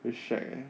very shag eh